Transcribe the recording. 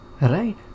Right